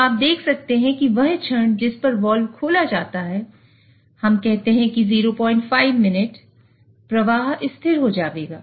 तो आप देख सकते हैं कि वह क्षण जिस पर वाल्व खोला जाता है हम कहते हैं कि 05 मिनट प्रवाह स्थिर हो जाएगा